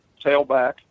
tailback